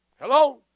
Hello